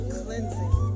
cleansing